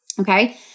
Okay